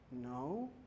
No